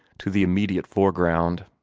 to the immediate foreground.